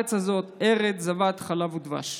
לארץ הזאת, ארץ זבת חלב ודבש.